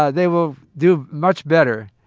ah they will do much better.